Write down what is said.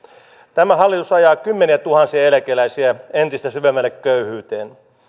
tämä hallitus ajaa kymmeniätuhansia eläkeläisiä entistä syvemmälle köyhyyteen